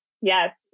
yes